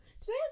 Today